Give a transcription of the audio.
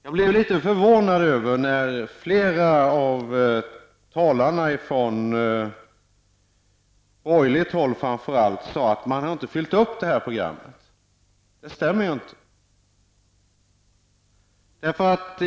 Jag blev litet förvånad när flera av talarna, framför allt från borgerligt håll, sade att man inte levt upp till programmets utfästelser, för det stämmer inte.